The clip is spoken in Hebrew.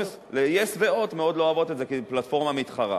yes ו"הוט" מאוד לא אוהבות, כי זו פלטפורמה מתחרה.